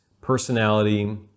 personality